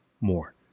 more